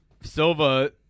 Silva